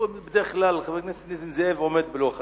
בדרך כלל חבר הכנסת נסים זאב עומד בלוח הזמנים.